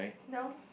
no